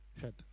head